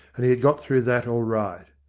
and he had got through that all right.